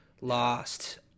lost